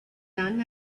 done